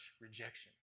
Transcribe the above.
rejection